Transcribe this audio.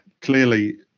clearly